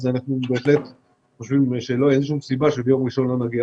אז אנחנו חושבים שאין שום סיבה שביום ראשון לא נגיע